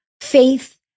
faith